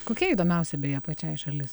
kokia įdomiausia beje pačiai šalis